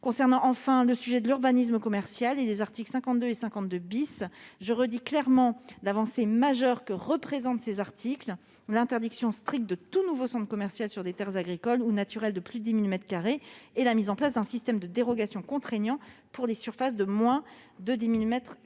concernant le sujet de l'urbanisme commercial, je redis clairement l'avancée majeure que représentent les articles 52 et 52 : l'interdiction stricte de tout nouveau centre commercial sur des terres agricoles ou naturelles de plus 10 000 mètres carrés et la mise en place d'un système de dérogations contraignant pour les surfaces de moins de 10 000